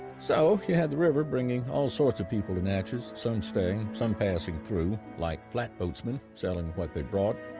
so you had the river bringing all sorts of people to natchez, some staying, some passing through, like flatboatsmen selling what they brought,